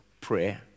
prayer